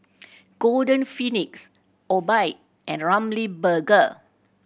Golden Peony Obike and Ramly Burger